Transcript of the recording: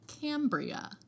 Cambria